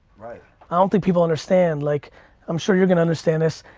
i don't think people understand, like i'm sure you're gonna understand this.